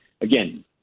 again